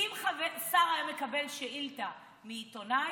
אם שר היה מקבל שאילתה מעיתונאי,